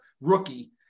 rookie